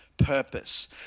purpose